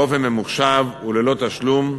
באופן ממוחשב וללא תשלום,